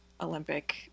Olympic